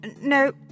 No